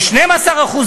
ב-12%.